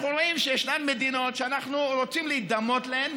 אנחנו רואים שישנן מדינות שאנחנו רוצים להידמות להן,